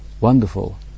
wonderful